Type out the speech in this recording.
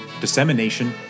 dissemination